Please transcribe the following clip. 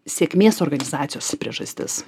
sėkmės organizacijos priežastis